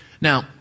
Now